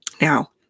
Now